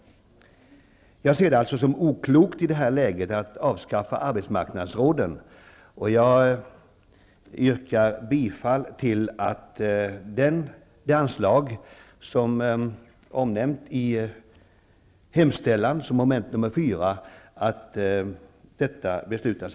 Jag ser det alltså som oklokt att i detta läge avskaffa arbetsmarknadsråden, och jag yrkar bifall till att riksdagen anvisar det anslag som behandlas under mom. 4 i utskottets hemställan.